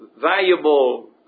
valuable